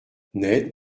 ned